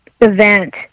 event